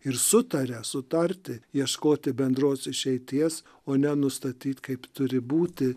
ir sutaria sutarti ieškoti bendros išeities o ne nustatyt kaip turi būti